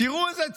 תראו איזו צביעות,